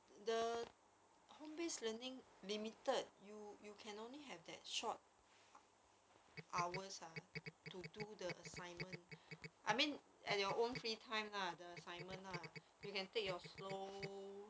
mm ya lucky they are back to school if not they really cannot catch up leh in school physical textbook and physical teacher she can't even understand already how about home based learning